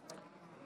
אדוני.